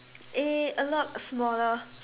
eh a lot smaller